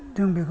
जों बेखौ